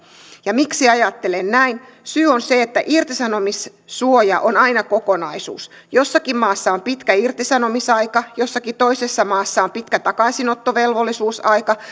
miksi ajattelen näin syy on se että irtisanomissuoja on aina kokonaisuus jossakin maassa on pitkä irtisanomisaika jossakin toisessa maassa on pitkä takaisinottovelvollisuusaika